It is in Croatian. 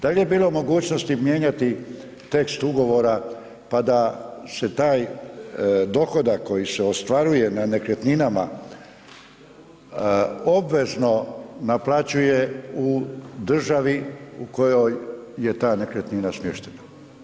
Da li je bilo mogućnosti mijenjati tekst ugovora pa da se taj dohodak koji se ostvaruje na nekretninama obvezno naplaćuje u državi u kojoj je ta nekretnina smještena?